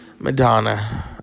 Madonna